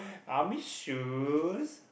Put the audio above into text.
army shoes